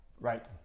Right